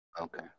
Okay